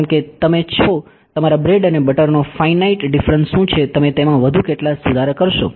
કારણ કે તમે છો તમારા બ્રેડ અને બટરનો ફાઇનાઇટ ડીફરન્સ શું છે તમે તેમાં વધુ કેટલા સુધારા કરશો